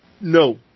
No